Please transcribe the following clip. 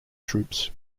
troops